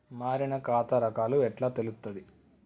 మారిన ఖాతా రకాలు ఎట్లా తెలుత్తది?